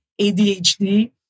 ADHD